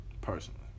personally